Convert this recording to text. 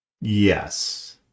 Yes